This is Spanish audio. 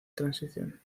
transición